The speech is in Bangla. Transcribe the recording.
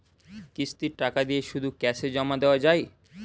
কিস্তির টাকা দিয়ে শুধু ক্যাসে জমা দেওয়া যায়?